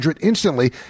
instantly